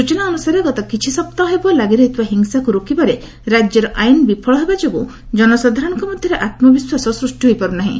ସ୍ୱଚନା ଅନୁସାରେ ଗତ କିଛି ସପ୍ତାହ ହେବ ଲାଗି ରହିଥିବା ହିଂସାକୁ ରୋକିବାରେ ରାଜ୍ୟର ଆଇନ ବିଫଳ ହେବାଯୋଗୁଁ ଜନସାଧାରଣଙ୍କ ମଧ୍ୟରେ ଆତ୍ମବିଶ୍ୱାସ ସୃଷ୍ଟି ହୋଇପାରୁ ନାହିଁ